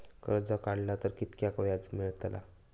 कर्ज काडला तर कीतक्या व्याज मेळतला?